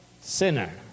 Sinner